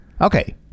Okay